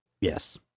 Yes